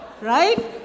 right